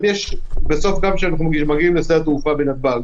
כשאנחנו מגיעים לשדה התעופה בנתב"ג,